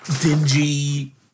dingy